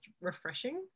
refreshing